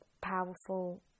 powerful